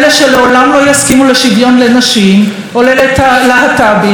אלה שלעולם לא יסכימו לשוויון לנשים או ללהט"בים,